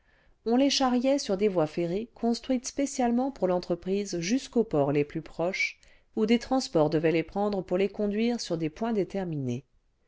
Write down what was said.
on les charriait sur des voies ferrées construites spécialement pour l'entreprise jusqu'aux ports es plus proches où des transports devaient les prendre pour les conduire sur des points déterminés